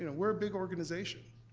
and we're a big organization,